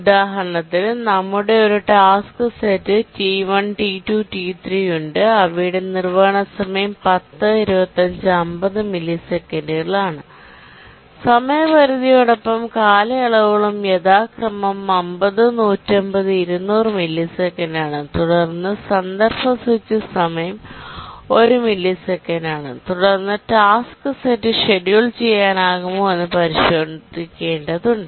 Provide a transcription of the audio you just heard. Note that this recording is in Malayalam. ഉദാഹരണത്തിന് നമുക്ക് ഒരു task set T 1 T 2 T 3 ഉണ്ട് അവയുടെ നിർവ്വഹണ സമയം 10 25 50 മില്ലിസെക്കൻഡുകളാണ് സമയപരിധിയോടൊപ്പം കാലയളവുകളും യഥാക്രമം 50 150 200 മില്ലിസെക്കൻഡാണ് തുടർന്ന് കോണ്ടെസ്റ് സ്വിച്ച് സമയം 1 മില്ലിസെക്കൻഡാണ് തുടർന്ന് ടാസ്ക് സെറ്റ് ഷെഡ്യൂൾ ചെയ്യാനാകുമോ എന്ന് പരിശോധിക്കേണ്ടതുണ്ട്